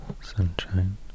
Sunshine